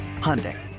Hyundai